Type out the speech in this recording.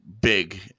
big